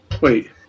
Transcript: Wait